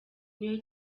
niyo